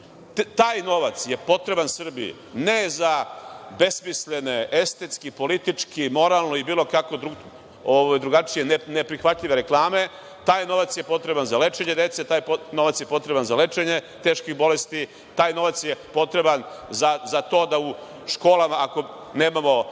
novac je potreban Srbiji, ne za besmislene estetski, politički, moralne, ili bilo kako drugačije neprihvatljive reklame, taj novac je potreban za lečenje dece, taj novac je potreban za lečenje teških bolesti. Taj novac je potreban za to da u školama, ako nemamo